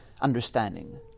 understanding